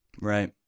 right